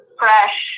fresh